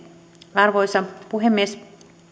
arvoisa puhemies